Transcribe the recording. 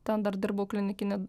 ten dar dirbau klinikinį